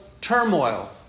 turmoil